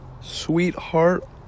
sweetheart